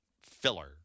filler